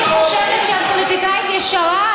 אני חושבת שאת פוליטיקאית ישרה,